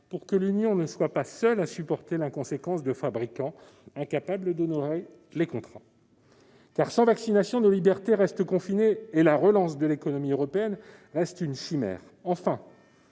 afin que l'Union ne soit pas seule à supporter l'inconséquence de fabricants incapables d'honorer les contrats. Sans vaccination, en effet, nos libertés restent confinées et la relance de l'économie européenne demeure une chimère.